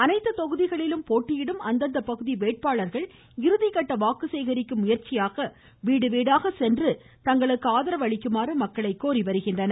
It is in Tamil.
அனைத்து தொகுதிகளிலும் போட்டியிடும் அந்தந்த பகுதி வேட்பாளர்கள் இறுதிகட்ட வாக்கு சேகரிக்கும் முயற்சியாக வீடு வீடாக சென்று ஆதரவு அளிக்குமாறு மக்களை கோரி வருகின்றனர்